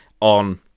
on